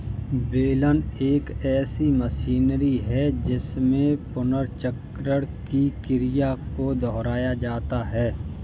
बेलन एक ऐसी मशीनरी है जिसमें पुनर्चक्रण की क्रिया को दोहराया जाता है